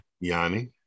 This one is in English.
Yanni